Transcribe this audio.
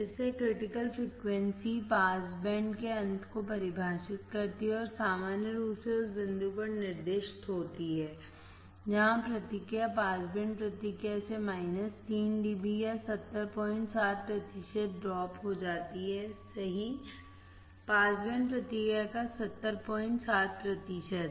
इसलिए critical frequency pass band के अंत को परिभाषित करती है और सामान्य रूप से उस बिंदु पर निर्दिष्ट होती है जहां प्रतिक्रिया पास बैंड प्रतिक्रिया से 3 डीबी या 707 प्रतिशत ड्रॉप हो जाती है सही पास बैंड प्रतिक्रिया का 707 प्रतिशत